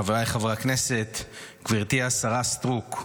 חבריי חברי הכנסת, גברתי השרה סטרוק,